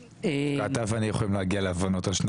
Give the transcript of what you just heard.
אתה ואני יכולים להגיע להבנות על שני